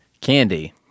candy